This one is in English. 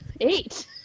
eight